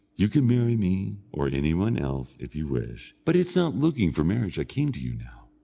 you can marry me, or anybody else, if you wish but it's not looking for marriage i came to you now,